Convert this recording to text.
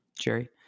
jerry